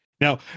Now